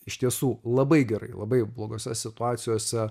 iš tiesų labai gerai labai blogose situacijose